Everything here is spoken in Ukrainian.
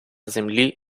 землі